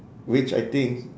which I think